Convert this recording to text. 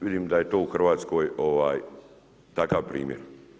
Vidim da je to u Hrvatskoj takav primjer.